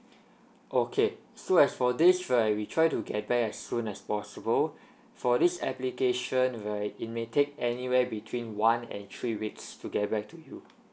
okay so as for this right we try to get back as soon as possible for this application right it may take anywhere between one and three weeks to get back to you